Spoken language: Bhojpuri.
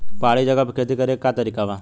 पहाड़ी जगह पर खेती करे के का तरीका बा?